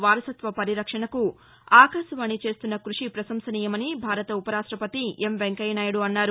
వారసత్వ పరిరక్షణకు ఆకాశవాణి చేస్తున్న క్బషి ప్రపశంసనీయమని భారత ఉప రాష్టపతి వెంకయ్యనాయుడు అన్నారు